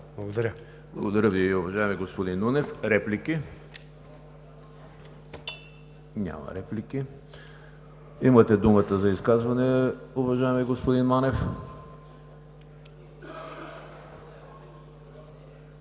Благодаря Ви, уважаеми господин Нунев. Реплики? Няма. Имате думата за изказване, уважаеми господин Манев.